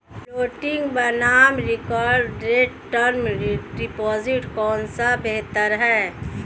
Floating बनाम fixed rate term deposit कौन सा बेहतर है?